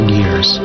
years